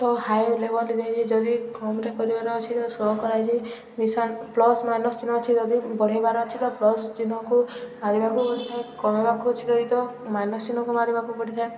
ତ ହାଇ ଲେବଲ୍ରେ ଦେଇଛି ଯଦି କମ୍ରେ କରିବାର ଅଛି ତ ସ୍ଲୋ କରାଯାଇଛି ମିଶାଣ୍ ପ୍ଲସ୍ ମାଇନସ୍ ଚିହ୍ନ ଅଛି ଯଦି ବଢ଼େଇବାର ଅଛି ତ ପ୍ଲସ୍ ଚିହ୍ନକୁ ମାରିବାକୁ ପଡ଼ିିଥାଏ କମେଇବାକୁ ଅଛି ଯଦି ତ ମାଇନସ୍ ଚିହ୍ନକୁ ମାରିବାକୁ ପଡ଼ିଥାଏ